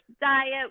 diet